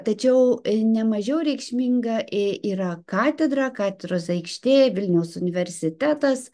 tačiau nemažiau reikšminga yra katedra katedros aikštė vilniaus universitetas